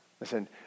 Listen